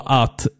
att